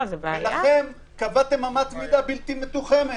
לכם קבעתם אמת מידה בלתי-מתוחמת.